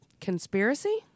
Conspiracy